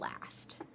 last